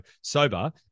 sober